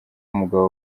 umugabo